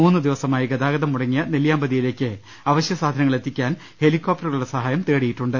മൂന്ന് ദിവസമായി ഗതാഗതം മുടങ്ങിയ നെല്ലിയാമ്പതിയിലേക്ക് അവശ്യ സാധനങ്ങൾ എത്തിക്കാൻ ഹെലികോപ്റ്ററുകളുടെ സഹായം തേടിയിട്ടുണ്ട്